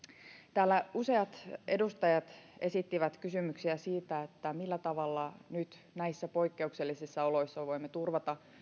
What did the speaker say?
täällä useat edustajat esittivät kysymyksiä siitä millä tavalla nyt näissä poikkeuksellisissa oloissa voimme turvata